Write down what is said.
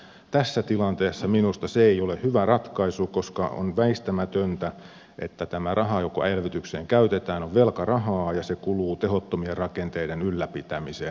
tässä tilanteessa minusta se ei ole hyvä ratkaisu koska on väistämätöntä että tämä raha joka elvytykseen käytetään on velkarahaa ja se kuluu tehottomien rakenteiden ylläpitämiseen